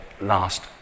last